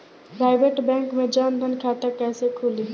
Private bank मे जन धन खाता कैसे खुली?